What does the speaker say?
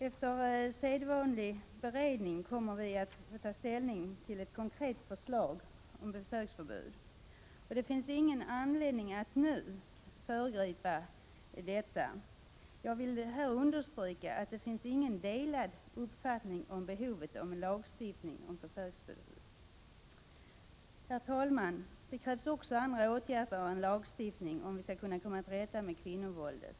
Efter sedvanlig beredning kommer vi att få ta ställning till ett konkret förslag om besöksförbud. Det finns ingen anledning att nu föregripa detta. Jag vill understryka att det inte finns några delade uppfattningar om behovet av en lagstiftning när det gäller besöksförbud. Herr talman! Det krävs också andra åtgärder än lagstiftning om vi skall kunna komma till rätta med kvinnovåldet.